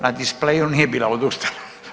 Na displeju nije bila odustala.